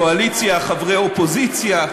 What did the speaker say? חברי הקואליציה, חברי האופוזיציה,